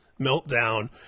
meltdown